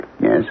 Yes